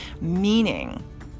meaning